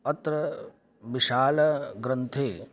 अत्र विशालग्रन्थे